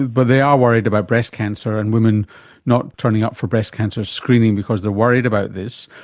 but they are worried about breast cancer and women not turning up for breast cancer screening because they are worried about this.